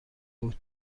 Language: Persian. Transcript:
بودا